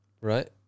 Right